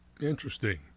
Interesting